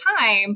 time